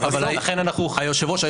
היושב ראש,